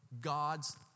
God's